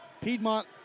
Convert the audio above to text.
Piedmont